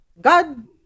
God